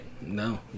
No